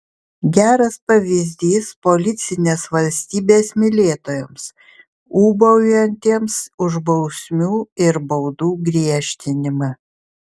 geras pavyzdys policinės valstybės mylėtojams ūbaujantiems už bausmių ir baudų griežtinimą